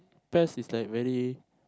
Pes is like very